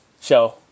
show